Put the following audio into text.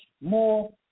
more